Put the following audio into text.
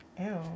Ew